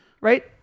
Right